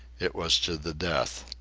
it was to the death.